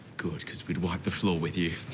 good, because we'd wipe the floor with you.